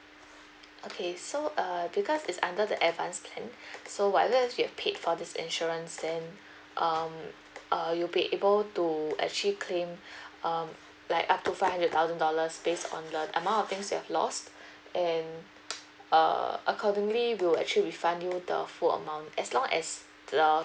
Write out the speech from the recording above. okay so uh because is under the advanced plan so whatever you have paid for this insurance then um uh you will be able to actually claim um like up to five hundred thousand dollars based on the amount of things you have lost and uh accordingly we'll actually refund you the full amount as long as the